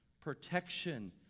protection